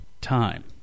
time